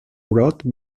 brought